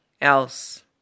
else